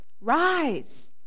rise